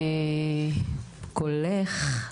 "קולך"